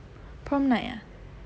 prom night ah